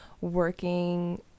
working